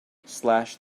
slash